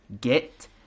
get